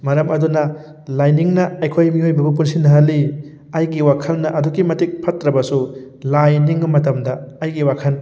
ꯃꯔꯝ ꯑꯗꯨꯅ ꯂꯥꯏꯅꯤꯡꯅ ꯑꯩꯈꯣꯏ ꯃꯤꯑꯣꯏꯕꯕꯨ ꯄꯨꯟꯁꯤꯟꯅꯍꯜꯂꯤ ꯑꯩꯒꯤ ꯋꯥꯈꯜꯅ ꯑꯗꯨꯛꯀꯤ ꯃꯇꯤꯛ ꯐꯠꯇ꯭ꯔꯕꯁꯨ ꯂꯥꯏ ꯅꯤꯡꯕ ꯃꯇꯝꯗ ꯑꯩꯒꯤ ꯋꯥꯈꯜ